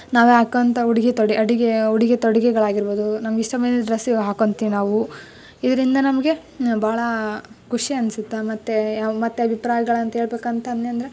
ನಾವು ಹಾಕೊವಂತ ಉಡುಗೆ ತೊಡಿ ಅಡಿಗೆ ಉಡುಗೆ ತೊಡಿಗೆಗಳು ಆಗಿರ್ಬೋದು ನಮ್ಗೆ ಇಷ್ಟ ಬಂದಿದ್ದು ಡ್ರಸ್ಸು ಹಾಕೊಂತೀವಿ ನಾವು ಇದರಿಂದ ನಮಗೆ ಭಾಳ ಖುಷಿ ಅನ್ಸತ್ತೆ ಮತ್ತೆ ಮತ್ತೆ ಅಭಿಪ್ರಾಯಗಳು ಅಂತೇಳ್ಬಕು ಅಂತನ್ಯಂದ್ರೆ